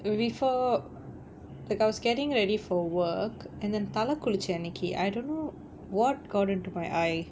before like I was getting ready for work and then தலக்குளிச்சேன் அன்னைக்கு:thalakkulichaen annaikku I don't know what got into to my eye